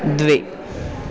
द्वे